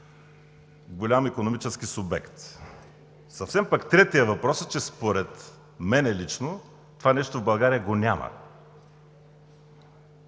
голям икономически субект. Съвсем пък третият въпрос е, че според мен лично, това нещо в България го няма.